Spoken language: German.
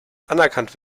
anerkannt